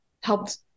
helped